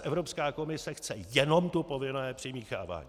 Evropská komise chce po nás jenom to povinné přimíchávání.